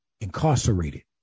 incarcerated